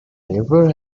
never